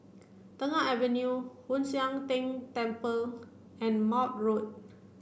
Tengah Avenue Hoon Sian Keng Temple and Maude Road